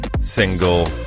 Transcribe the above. single